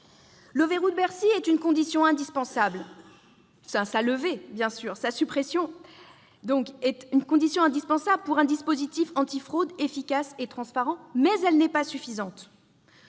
« verrou de Bercy » est une condition indispensable pour un dispositif antifraude efficace et transparent, mais elle n'est pas suffisante.